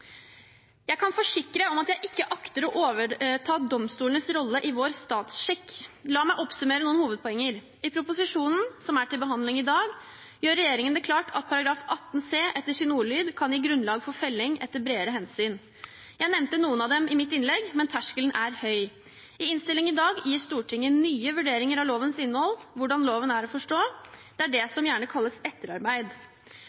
kan forsikre Senterpartiet om at jeg ikke akter å overta domstolenes rolle i vår statsskikk. La meg oppsummere noen hovedpoenger: I proposisjonen, som er til behandling i dag, gjør regjeringen det klart at § 18 c etter sin ordlyd kan gi grunnlag for felling etter bredere hensyn. Jeg nevnte noen av dem i mitt innlegg, men terskelen er høy. I innstillingen i dag gir Stortinget nye vurderinger av lovens innhold, hvordan loven er å forstå. Det er det